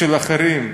של אחרים.